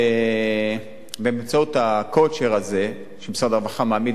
ובאמצעות ה-coacher הזה שמשרד הרווחה מעמיד